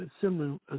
similar